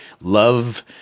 love